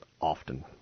often